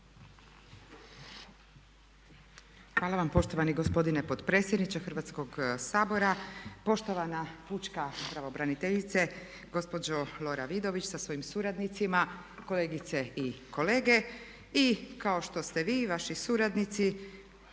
Hvala vam poštovani gospodine potpredsjedniče Hrvatskog sabora, poštovana pučka pravobraniteljice, gospođo Lora Vidović sa svojim suradnicima, kolegice i kolege. I kao što ste vi i vaši suradnici,